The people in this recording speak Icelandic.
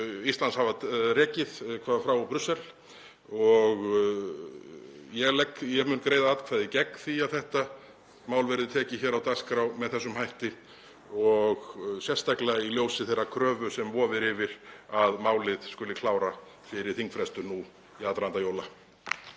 Íslands hefur rekið frá Brussel. Ég mun greiða atkvæði gegn því að þetta mál verði tekið hér á dagskrá með þessum hætti, sérstaklega í ljósi þeirrar kröfu sem vofir yfir, að málið skuli klára fyrir þingfrestun nú í aðdraganda jóla.